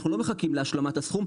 אנחנו לא מחכים להשלמת הסכום,